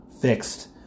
fixed